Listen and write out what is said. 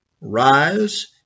rise